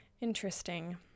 interesting